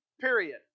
period